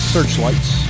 searchlights